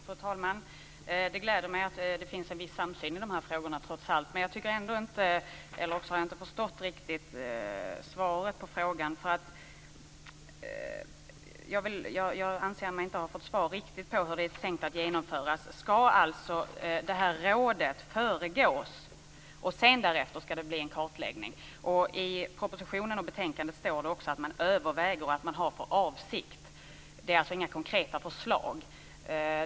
Fru talman! Det gläder mig att det finns en viss samsyn i dessa frågor trots allt. Men jag tycker ändå inte att jag har fått svar på frågan hur detta är tänkt att genomföras, men jag kanske inte har förstått svaret. Ska detta råd föregås, och ska det därefter göras en kartläggning? I propositionen och i betänkandet står det också att man överväger och att man har för avsikt. Det är alltså inte några konkreta förslag.